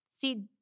See